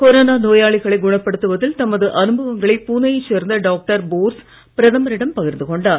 corona நோயாளிகளை குணப்படுத்துவதில் தமது அனுபவங்களை புனேயை சேர்ந்த டாக்டர் போர்ஸ் பிரதமரிடம் பகிர்ந்து கொண்டார்